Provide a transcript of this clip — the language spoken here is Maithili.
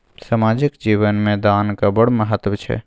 सामाजिक जीवन मे दानक बड़ महत्व छै